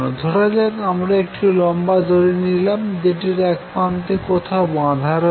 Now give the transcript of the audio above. ধরাযাক আমরা একটি লম্বা দড়ি নিলাম যেটির একপ্রান্ত কোথাও বাঁধা রয়েছে